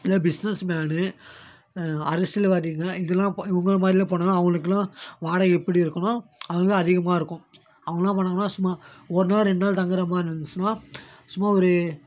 இந்த businessman அரசியல்வாதிங்க இதுலாம் இவங்கள மாதிரிலாம் போனால் அவுங்களுக்கெல்லாம் வாடகை எப்படி இருக்கும்னா அங்கே அதிகமாக இருக்கும் அங்கேல்லாம் போனோம்னா சும்மா ஒரு நாள் ரெண்டு நாள் தங்குற மாதிரி இருந்துச்சுன்னா சும்மா ஒரு